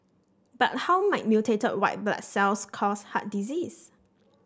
but how might mutated white blood cells cause heart disease